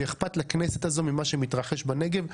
שאכפת לכנסת הזאת ממה שמתרחש בנגב.